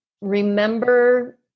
remember